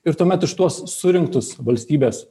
ir tuomet už tuos surinktus valstybės